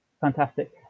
Fantastic